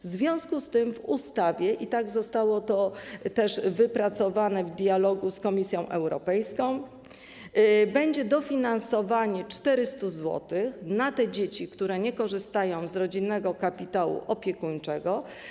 W związku z tym w ustawie, i tak zostało to też wypracowane w dialogu z Komisją Europejską, będzie dofinansowanie w wysokości 400 zł na te dzieci, które nie korzystają z rodzinnego kapitału opiekuńczego.